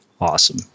awesome